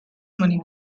money